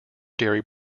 dairy